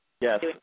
Yes